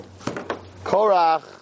Korach